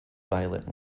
violent